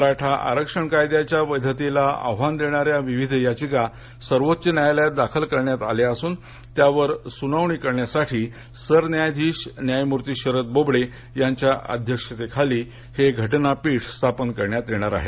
मराठा आरक्षण कायद्याच्या वैधतेला आव्हान देणाऱ्या विविध याचिका सर्वोच्च न्यायालयात दाखल करण्यात आल्या असून त्यावर सुनावणी करण्यासाठी सरन्यायाधीश न्यायमूर्ती शरद बोबडे यांच्या अध्यक्षतेखाली हे घटनापीठ स्थापन करण्यात येणार आहे